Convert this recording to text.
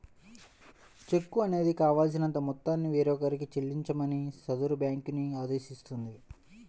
చెక్కు అనేది కావాల్సినంత మొత్తాన్ని వేరొకరికి చెల్లించమని సదరు బ్యేంకుని ఆదేశిస్తుంది